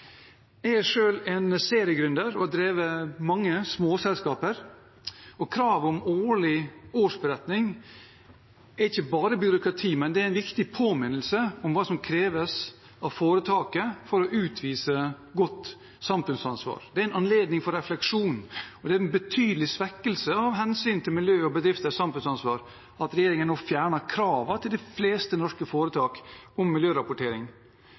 Jeg er selv en seriegründer og har drevet mange små selskaper, og kravet om årlig årsberetning er ikke bare byråkrati, men det er en viktig påminnelse om hva som kreves av foretaket for å utvise godt samfunnsansvar. Det er en anledning for refleksjon, og det er en betydelig svekkelse med hensyn til miljøet og bedrifters samfunnsansvar at regjeringen nå fjerner kravene til de fleste norske foretak om miljørapportering